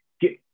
get